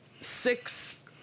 six